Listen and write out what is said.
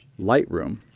Lightroom